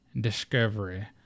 discovery